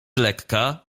lekka